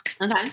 okay